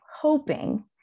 hoping